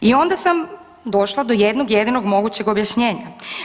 I onda sam došla do jednog jedinog mogućeg objašnjenja.